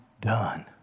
done